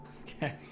Okay